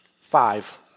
five